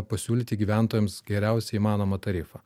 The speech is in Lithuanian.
pasiūlyti gyventojams geriausią įmanomą tarifą